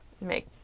make